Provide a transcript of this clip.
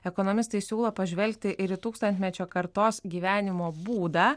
ekonomistai siūlo pažvelgti ir į tūkstantmečio kartos gyvenimo būdą